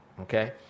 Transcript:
Okay